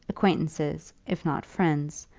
acquaintances, if not friends,